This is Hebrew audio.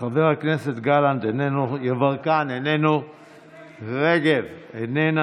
חבר הכנסת גלנט, איננו, יברקן, איננו, רגב, איננה,